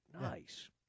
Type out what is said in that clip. Nice